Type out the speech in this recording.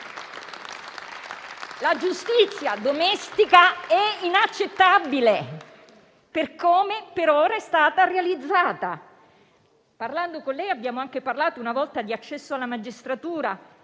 La giustizia domestica è inaccettabile per come, per ora, è stata realizzata. Con lei abbiamo anche parlato una volta di accesso alla magistratura